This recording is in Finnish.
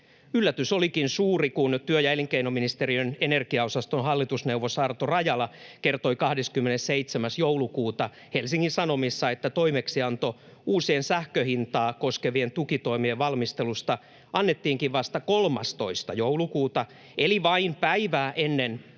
Yllätys olikin suuri, kun työ- ja elinkei-noministeriön energiaosaston hallitusneuvos Arto Rajala kertoi 27. joulukuuta Helsingin Sanomissa, että toimeksianto uusien sähkönhintaa koskevien tukitoimien valmistelusta annettiinkin vasta 13. joulukuuta, eli vain päivää ennen kuin